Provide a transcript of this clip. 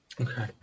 okay